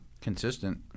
Consistent